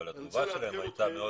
אבל התגובה שלהם הייתה,